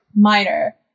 minor